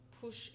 push